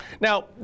Now